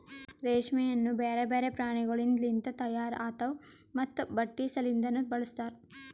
ರೇಷ್ಮೆಯನ್ನು ಬ್ಯಾರೆ ಬ್ಯಾರೆ ಪ್ರಾಣಿಗೊಳಿಂದ್ ಲಿಂತ ತೈಯಾರ್ ಆತಾವ್ ಮತ್ತ ಬಟ್ಟಿ ಸಲಿಂದನು ಬಳಸ್ತಾರ್